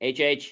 HH